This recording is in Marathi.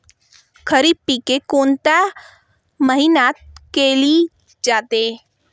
खरीप पिके कोणत्या महिन्यात केली जाते?